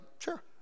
Sure